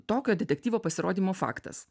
tokio detektyvo pasirodymo faktas